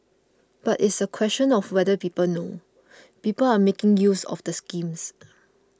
but it's a question of whether people know people are making use of the schemes